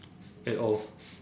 at all